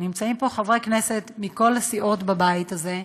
נמצאים פה חברי כנסת מכל סיעות הבית הזה,